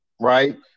right